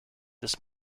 this